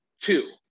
Two